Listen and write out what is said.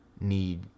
need